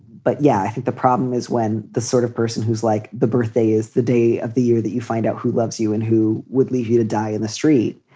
but yeah, i think the problem is when the sort of person who's like the birthday is the day of the year that you find out who loves you and who would leave you to die in the street,